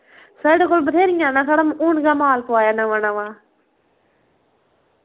साढ़े कोल बथ्हेरियां न साढ़ा हू'न गै माल पुआया नमां नमां